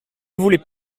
voulez